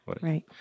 Right